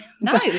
no